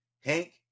hank